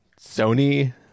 Sony